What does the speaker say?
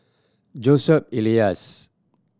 Joseph Elias